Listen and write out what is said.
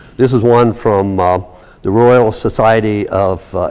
this is one from the royal society of